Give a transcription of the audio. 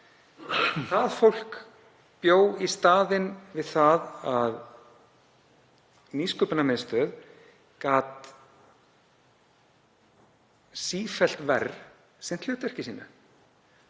Það fólk bjó í staðinn við það að Nýsköpunarmiðstöð gat sífellt verr sinnt hlutverki sínu